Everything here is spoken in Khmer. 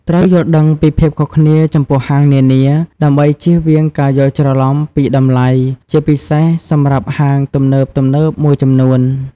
ត្រូវយល់ដឹងពីភាពខុសគ្នាចំពោះហាងនានា ដើម្បីជៀសវាងការយល់ច្រឡំពីតម្លៃ ជាពិសេសសម្រាប់ហាងទំនើបៗមួយចំនួន។